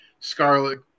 Scarlet